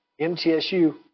MTSU